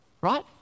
Right